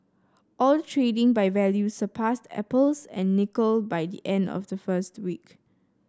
oil trading by value surpassed apples and nickel by the end of the first week